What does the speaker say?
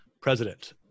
president